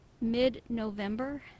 mid-November